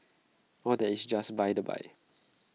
all that is just by the by